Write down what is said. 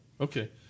Okay